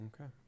Okay